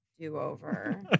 do-over